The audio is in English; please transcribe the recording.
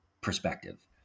perspective